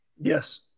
Yes